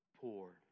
poor